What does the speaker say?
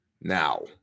Now